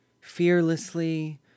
fearlessly